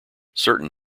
certain